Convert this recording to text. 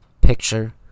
picture